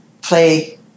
play